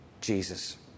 Jesus